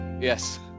Yes